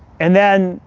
and then,